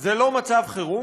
זה לא מצב חירום?